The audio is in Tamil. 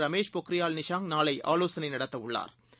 ரமேஷ் பொக்ரியால் நிஷாங் நாளைஆலோசனைநடத்தஉள்ளாா்